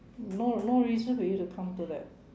no no reason for you to come to that